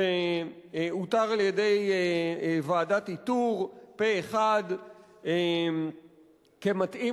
שאותר על-ידי ועדת איתור פה-אחד כמתאים